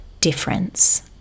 difference